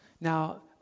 now